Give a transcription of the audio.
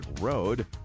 Road